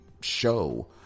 show